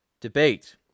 debate